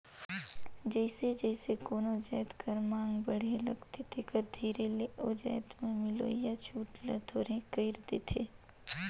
जइसे जइसे कोनो जाएत कर मांग बढ़े लगथे तेकर धीरे ले ओ जाएत में मिलोइया छूट ल थोरहें कइर देथे